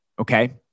okay